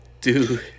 Dude